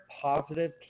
positive